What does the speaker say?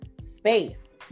space